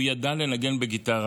הוא ידע לנגן בגיטרה,